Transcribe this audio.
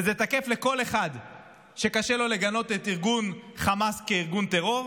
וזה תקף לכל אחד שקשה לו לגנות את ארגון החמאס כארגון טרור,